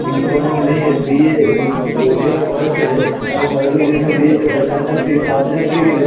কোনো মেয়ে বিয়ে দে দেওয়ার বয়স হলে তার ঘরের লোক যদি না বিয়ে দিতে পারে তার কাছ থেকে সাহায্য চাইতে গেলে